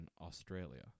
Australia